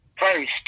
first